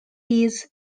his